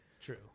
True